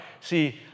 See